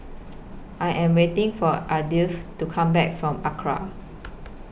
I Am waiting For Ardith to Come Back from Acra